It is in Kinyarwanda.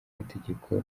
mategeko